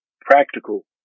practical